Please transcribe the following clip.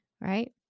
right